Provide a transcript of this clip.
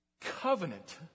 Covenant